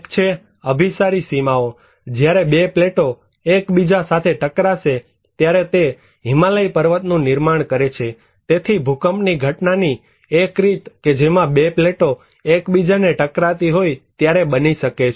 એક છે અભિસારી સીમાઓ જ્યારે બે પ્લેટો એક બીજા સાથે ટકરાશે ત્યારે તે હિમાલય પર્વતનું નિર્માણ કરે છે તેથી ભૂકંપની ઘટનાની એક રીત કે જેમાં બે પ્લેટો એકબીજાને ટકરાતી હોય ત્યારે બની શકે છે